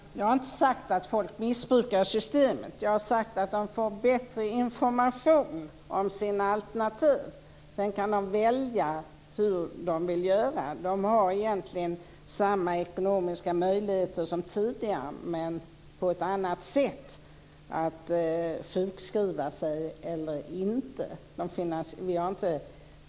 Herr talman! Jag har inte sagt att folk missbrukar systemet. Jag har sagt att de får bättre information om sina alternativ. Sedan kan de välja hur de vill göra. De har egentligen samma ekonomiska möjligheter som tidigare att sjukskriva sig eller inte, men på ett annat sätt.